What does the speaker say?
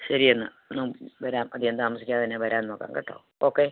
ശരി എന്നാൽ വരാം അധികം താമസിക്കാതെ തന്നെ വരാൻ നോക്കാം കേട്ടോ ഓക്കേ